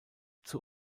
zur